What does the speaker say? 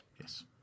yes